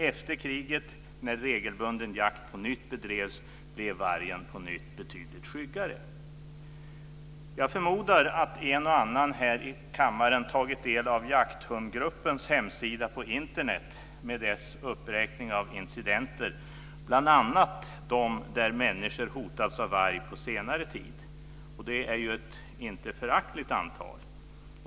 Efter kriget, när regelbunden jakt på nytt bedrevs, blev vargen betydligt skyggare. Jag förmodar att en och annan här i kammaren har tagit del av Jakthundgruppens hemsida på Internet med dess uppräkning av incidenter, bl.a. de där människor hotats av varg på senare tid. Det är ett inte föraktligt antal.